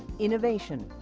innovation,